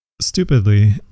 stupidly